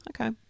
Okay